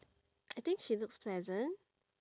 I think she looks pleasant